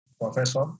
professor